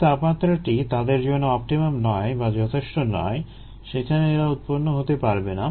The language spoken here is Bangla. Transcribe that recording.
যে তাপমাত্রাটি তাদের জন্য অপটিমাম নয় বা যথেষ্ট নয় সেখানে এরা উৎপন্ন হতে পারবে না